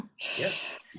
yes